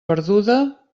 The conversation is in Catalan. perduda